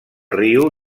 riu